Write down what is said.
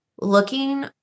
looking